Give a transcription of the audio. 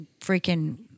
freaking